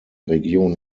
region